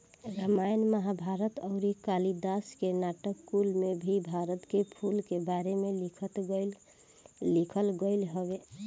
रामायण महाभारत अउरी कालिदास के नाटक कुल में भी भारत के फूल के बारे में लिखल गईल हवे